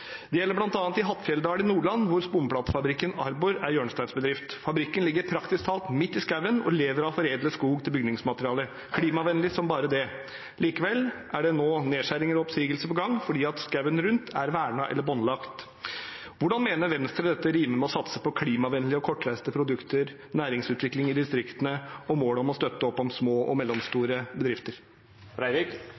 Det gjelder bl.a. i Hattfjelldal i Nordland, der sponplatefabrikken Arbor er hjørnesteinsbedrift. Fabrikken ligger praktisk talt midt i skogen og lever av foredlet skog til bygningsmaterialer – klimavennlig som bare det. Likevel er det nå nedskjæringer og oppsigelser på gang fordi skogen rundt er vernet eller båndlagt. Hvordan mener Venstre dette rimer med å satse på klimavennlige og kortreiste produkter, næringsutvikling i distriktene og målet om å støtte opp om små og